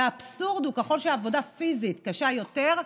והאבסורד הוא שככל שהעבודה פיזית קשה יותר,